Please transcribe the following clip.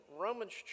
Romans